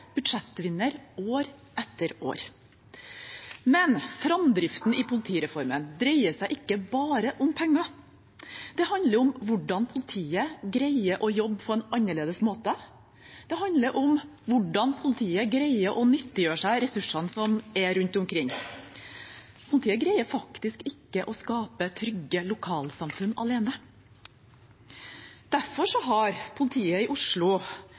budsjettvinner år etter år. Men framdriften i politireformen dreier seg ikke bare om penger. Det handler om hvordan politiet greier å jobbe på en annerledes måte. Det handler om hvordan politiet greier å nyttiggjøre seg ressursene som er rundt omkring. Politiet greier faktisk ikke å skape trygge lokalsamfunn alene. Derfor har politiet i Oslo